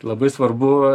labai svarbu